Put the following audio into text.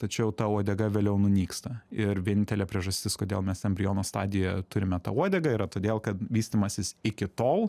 tačiau ta uodega vėliau nunyksta ir vienintelė priežastis kodėl mes embriono stadijoje turime tą uodegą yra todėl kad vystymasis iki tol